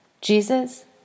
Jesus